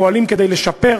פועלים כדי לשפר,